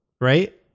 right